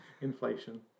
inflation